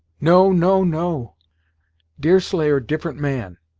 no no no deerslayer different man.